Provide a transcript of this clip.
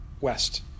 west